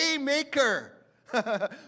maker